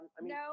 No